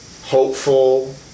hopeful